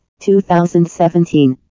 2017